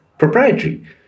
proprietary